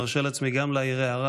אני מרשה לעצמי גם להעיר הערה.